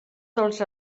dels